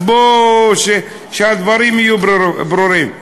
אז שהדברים יהיו ברורים.